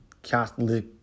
Catholic